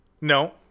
No